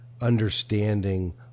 understanding